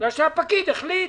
בגלל שהפקיד החליט.